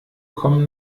kommen